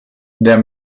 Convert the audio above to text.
der